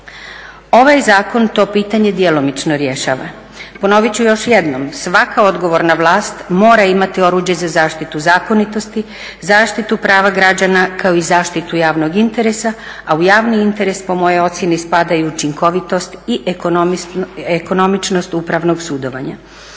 Ovaj zakon to pitanje djelomično rješava. Ponovit ću još jednom, svaka odgovorna vlast mora imati oruđe za zaštitu zakonitosti, zaštitu prava građana kao i zaštitu javnog interesa a u javni interes po mojoj ocjeni spadaju učinkovitost i ekonomičnost upravnog sudovanja.